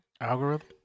Algorithm